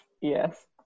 Yes